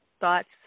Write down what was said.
thoughts